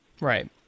right